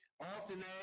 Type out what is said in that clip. Often